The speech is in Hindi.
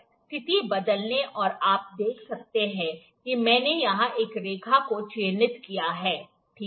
स्थिति बदलें और आप देख सकते हैं कि मैंने यहां एक रेखा को चिह्नित किया है ठीक है